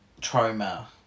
trauma